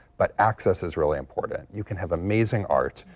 but access is really important you can have amazing art.